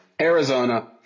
Arizona